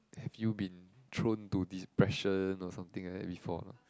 have you been thrown to depression or something like that before or not